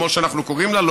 כמו שאנחנו קוראים לה,